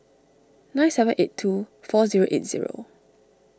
nine seven eight two four zero eight zero